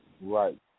Right